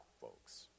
folks